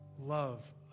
love